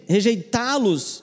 Rejeitá-los